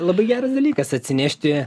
labai geras dalykas atsinešti